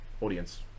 audience